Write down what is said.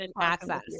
access